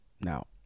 now